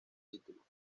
título